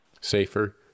Safer